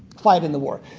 fight in the war.